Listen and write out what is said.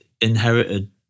inherited